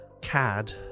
Cad